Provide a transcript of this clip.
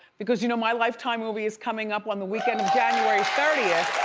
because you know my lifetime movie is coming up on the weekend of january thirtieth.